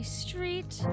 street